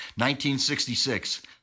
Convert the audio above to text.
1966